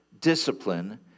discipline